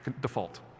default